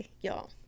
y'all